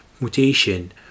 mutation